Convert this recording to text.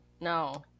No